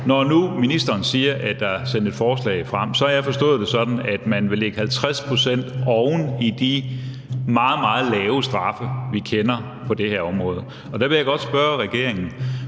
Når nu ministeren siger, at der er sendt et forslag frem, så har jeg forstået det sådan, at man vil lægge 50 pct. oven i de meget, meget lave straffe, vi kender på det her område. Og der vil jeg godt spørge regeringen: